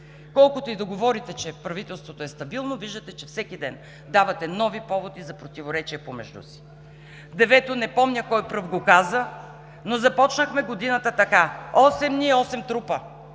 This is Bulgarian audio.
Колкото и да говорите, че правителството е стабилно, виждате, че всеки ден давате нови поводи за противоречия помежду си. Девето, не помня кой пръв го каза, но започнахме годината така: 8 дни – 8 трупа,